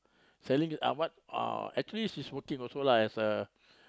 selling ah what uh actually she's working also lah as a